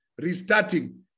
restarting